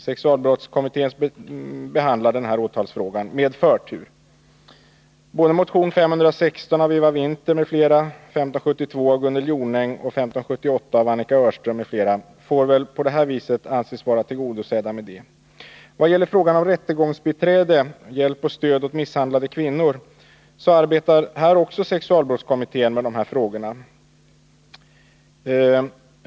Sexualbrottskommittén behandlar den här åtalsfrågan med förtur. Såväl motion 1980 81:1572 av Gunnel Jonäng som motion 1980/81:1578 av Annika Öhrström m.fl. får väl på det här viset anses vara tillgodosedda. Vad gäller rättegångsbiträde och hjälp och stöd åt misshandlade kvinnor, så arbetar sexualbrottskommittén också med dessa frågor.